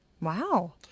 Wow